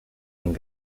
und